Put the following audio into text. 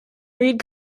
reed